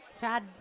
Chad